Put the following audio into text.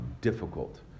difficult